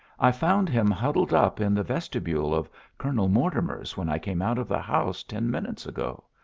i found him huddled up in the vestibule of colonel mortimer's when i came out of the house ten minutes ago.